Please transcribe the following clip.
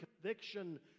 conviction